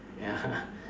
ya